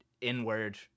inward